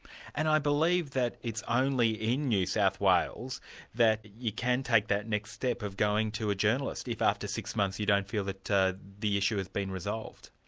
and i believe that it's only in new south wales that you can take that next step of going to a journalist, if after six months you don't feel that the issue has been resolved?